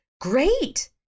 great